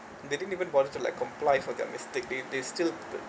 they didn't even bother to like comply for their mistake they they still